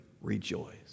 rejoice